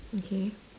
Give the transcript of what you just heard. okay